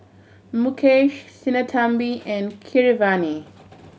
Mukesh Sinnathamby and Keeravani